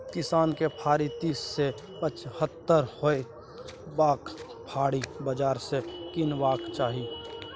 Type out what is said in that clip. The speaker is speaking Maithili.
किसान केँ फारी तीस सँ पचहत्तर होर्सपाबरक फाड़ी बजार सँ कीनबाक चाही